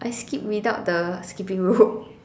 I skip without the skipping rope